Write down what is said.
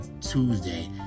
Tuesday